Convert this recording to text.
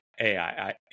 AI